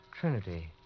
Trinity